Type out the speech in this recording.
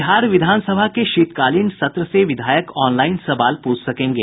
बिहार विधान सभा के शीतकालीन सत्र से विधायक ऑनलाईन सवाल पूछ सकेंगे